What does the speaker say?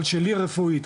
אבל שלי רפואית,